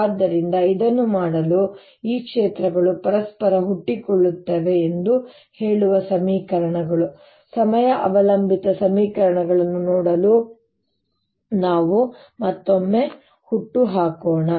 ಆದ್ದರಿಂದ ಇದನ್ನು ಮಾಡಲು ಈ ಕ್ಷೇತ್ರಗಳು ಪರಸ್ಪರ ಹುಟ್ಟಿಕೊಳ್ಳುತ್ತವೆ ಎಂದು ಹೇಳುವ ಸಮೀಕರಣಗಳು ಸಮಯ ಅವಲಂಬಿತ ಸಮೀಕರಣಗಳನ್ನು ನೋಡಲು ನಾವು ಮತ್ತೊಮ್ಮೆ ಹುಟ್ಟುಹಾಕೋಣ